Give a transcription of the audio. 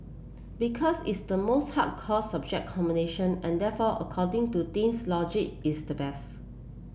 because it's the most hardcore subject combination and therefore according to teens logic it's the best